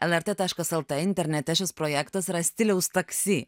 lrt taškas lt internete šis projektas yra stiliaus taksi